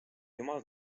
jumal